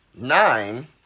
nine